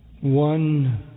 One